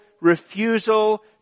refusal